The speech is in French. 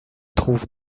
trouve